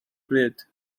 bryd